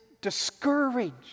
discouraged